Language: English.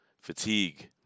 fatigue